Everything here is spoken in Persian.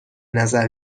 نظر